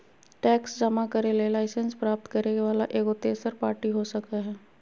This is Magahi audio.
टैक्स जमा करे ले लाइसेंस प्राप्त करे वला एगो तेसर पार्टी हो सको हइ